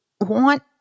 want